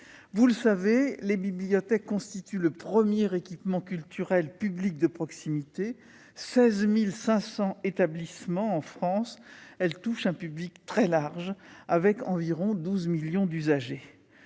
Vous le savez, les bibliothèques constituent le premier équipement culturel public de proximité. Ces 16 500 établissements, en France, touchent un public très large, avec environ 12 millions d'usagers.